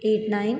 eight nine